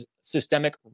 systemic